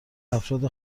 افراد